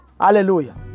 Hallelujah